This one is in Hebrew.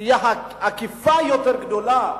תהיה אכיפה יותר גדולה